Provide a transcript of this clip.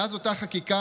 מאז אותה חקיקה,